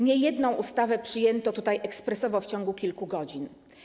Niejedną ustawę przyjęto tutaj ekspresowo, w ciągu kilku godzin.